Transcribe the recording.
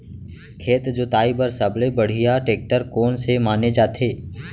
खेत जोताई बर सबले बढ़िया टेकटर कोन से माने जाथे?